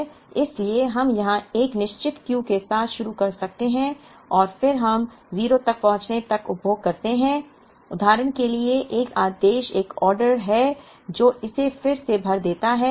इसलिए हम यहां एक निश्चित Q के साथ शुरू कर सकते हैं और फिर हम 0 तक पहुंचने तक उपभोग करते हैं उदाहरण के लिए एक आदेश जगह है जो इसे फिर से भर देता है